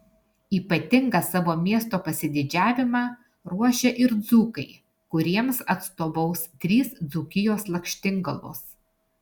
ypatingą savo miesto pasididžiavimą ruošia ir dzūkai kuriems atstovaus trys dzūkijos lakštingalos